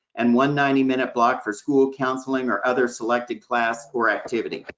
and one ninety minute block for school counseling or other selected class or activity.